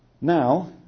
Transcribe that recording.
Now